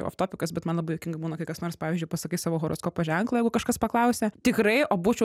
oftopikas bet man labai juokinga būna kai kas nors pavyzdžiui pasakai savo horoskopo ženklą jeigu kažkas paklausia tikrai o būčiau